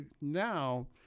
now